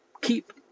keep